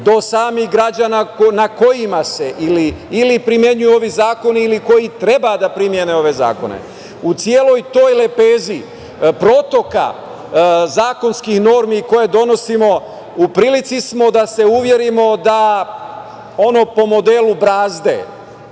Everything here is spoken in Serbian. do samih građana na kojima se ili primenjuju ovi zakoni ili koji treba da primene ove zakone, u celoj toj lepezi protoka zakonskih normi koje donosimo, u prilici smo da se uverimo da ono po modelu brazde,